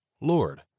Lord